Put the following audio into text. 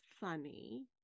funny